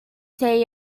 say